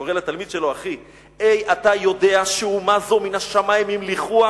הוא קורא לתלמיד שלו "אחי" אי אתה יודע שאומה זו מן השמים המליכוה?